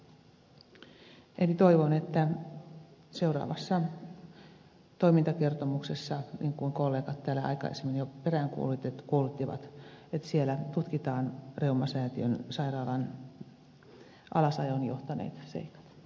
toivon että seuraavassa toimintakertomuksessa niin kuin kollegat täällä aikaisemmin jo peräänkuuluttivat tutkitaan reumasäätiön sairaalan alasajoon johtaneet seikat tarkkaan